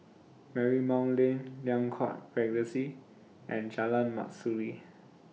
Marymount Lane Liang Court Regency and Jalan Mastuli